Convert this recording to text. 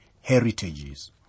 heritages